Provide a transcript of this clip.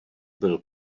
byl